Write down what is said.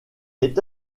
est